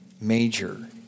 Major